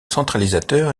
centralisateur